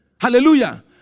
Hallelujah